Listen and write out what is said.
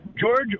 George